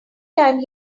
time